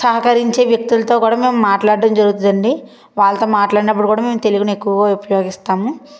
సహకరించే వ్యక్తులతో కూడా మేము మాట్లాడడం జరుగుతుందండి వాళ్ళతో మాట్లాడినప్పుడు కూడా మేము తెలుగునే ఎక్కువగా ఉపయోగిస్తాము